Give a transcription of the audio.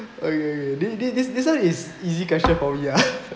okay okay thi~ thi~this this one is easy question for me lah